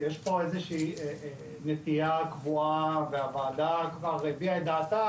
יש פה איזושהי נטייה קבועה - הוועדה כבר הביעה את דעתה